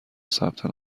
ثبت